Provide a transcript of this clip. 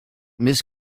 miss